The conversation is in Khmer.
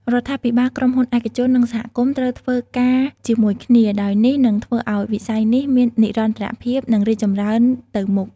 រដ្ឋាភិបាល ក្រុមហ៊ុនឯកជននិងសហគមន៍ត្រូវធ្វើការជាមួយគ្នា ដោយនេះនឹងធ្វើឲ្យវិស័យនេះមាននិរន្តរភាពនិងរីកចម្រើនទៅមុខ។